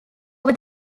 over